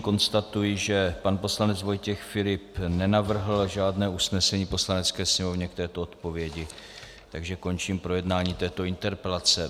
Konstatuji, že pan poslanec Vojtěch Filip nenavrhl žádné usnesení Poslanecké sněmovně k této odpovědi, takže končím projednání této interpelace.